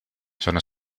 sono